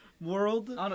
world